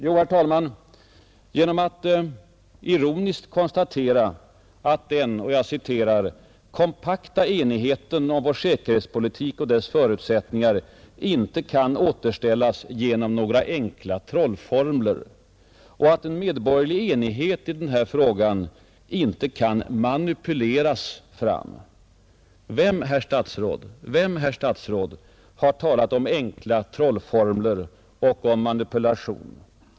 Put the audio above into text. Jo, herr talman, han gör det genom att ironiskt konstatera att den ”kompakta enigheten” om vår säkerhetspolitik och dess förutsättningar inte ”kan återställas genom några enkla trollformler” och att en medborgerlig enighet i denna fråga inte kan ”manipuleras fram”. Vem, herr statsråd, har talat om enkla trollformler och om manipulation?